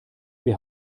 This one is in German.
wir